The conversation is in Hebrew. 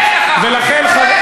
לך.